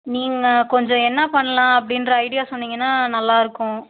நீங்கள் கொஞ்சம் என்ன பண்ணலாம் அப்படின்ற ஐடியா சொன்னீங்கன்னா நல்லா இருக்கும்